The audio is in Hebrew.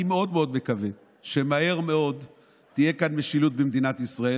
אני מאוד מאוד מקווה שמהר מאוד תהיה כאן משילות במדינת ישראל,